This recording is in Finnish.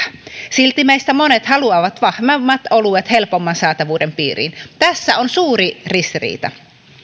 silti meistä monet haluavat vahvemmat oluet helpomman saatavuuden piiriin tässä on suuri ristiriita